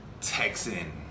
Texan